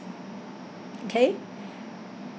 okay